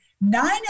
nine